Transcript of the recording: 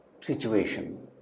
situation